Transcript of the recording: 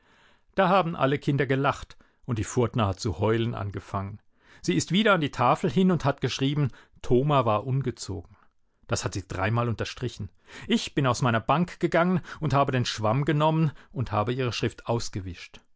da haben alle kinder gelacht und die furtner hat zu heulen angefangen sie ist wieder an die tafel hin und hat geschrieben thoma war ungezogen das hat sie dreimal unterstrichen ich bin aus meiner bank gegangen und habe den schwamm genommen und habe ihre schrift ausgewischt